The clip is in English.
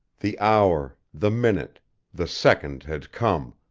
the hour the minute the second had come,